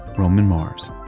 roman mars.